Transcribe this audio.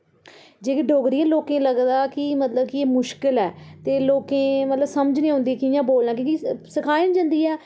जेह्की डोगरी ऐ लोकें गी लगदा कि मतलब कि एह् मुश्किल ऐ ते लोके मतलब समझ निं ओंदी कियां बोलना क्युंकी सखाई निं जंदी ऐ